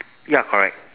ya correct